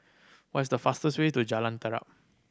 what is the fastest way to Jalan Terap